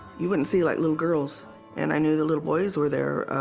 you wouldn't see like little girls and i knew the little boys were there